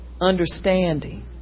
understanding